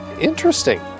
interesting